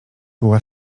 była